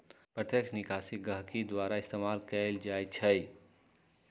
प्रत्यक्ष निकासी गहकी के द्वारा इस्तेमाल कएल जाई छई